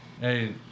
Hey